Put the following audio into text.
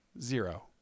zero